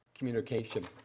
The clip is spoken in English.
communication